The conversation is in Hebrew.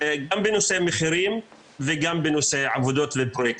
גם בנושא מחירים וגם בנושא עבודות לפרויקטים.